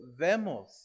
vemos